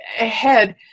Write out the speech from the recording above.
ahead